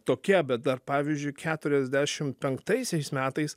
tokia bet dar pavyzdžiui keturiasdešim penktaisiais metais